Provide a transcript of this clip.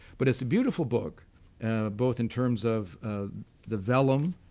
but it's a beautiful book both in terms of the vellum,